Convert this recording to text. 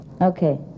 Okay